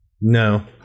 No